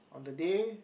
on the day